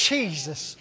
Jesus